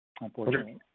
unfortunately